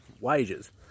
wages